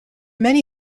many